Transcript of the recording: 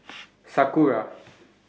Sakura